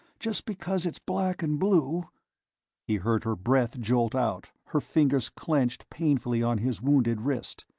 just because it's black and blue he heard her breath jolt out, her fingers clenched painfully on his wounded wrist.